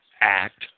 act